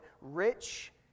rich